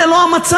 זה לא המצב.